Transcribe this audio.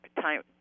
time